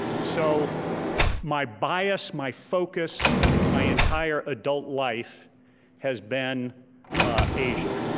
so my bias, my focus, my entire adult life has been asia.